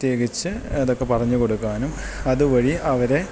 പ്രത്യേകിച്ച് അതൊക്കെ പറഞ്ഞു കൊടുക്കാനും അതുവഴി അവരെ